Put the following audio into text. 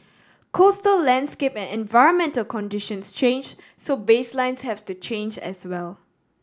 coastal landscape and environmental conditions change so baselines have to change as well